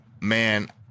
Man